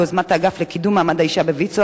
ביוזמת האגף לקידום מעמד האשה בויצו,